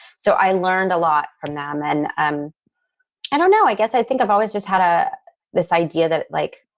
so i learned a lot from them. and um i don't know, i guess i think i've always just had ah this idea that, like,